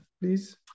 please